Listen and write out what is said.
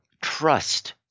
trust